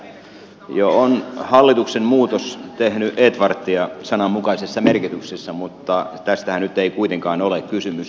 ajattelin että jo on hallituksen muutos tehnyt eetvarttia sananmukaisessa merkityksessään mutta tästähän nyt ei kuitenkaan ole kysymys